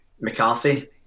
McCarthy